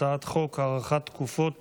הצעת חוק הארכת תקופות